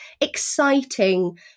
exciting